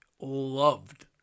loved